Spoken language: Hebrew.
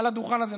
על הדוכן הזה,